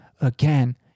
again